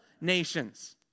nations